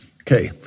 Okay